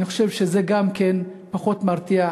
אני חושב שזה גם כן פחות מרתיע.